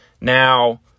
Now